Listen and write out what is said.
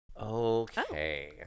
Okay